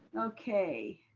okay,